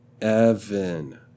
Evan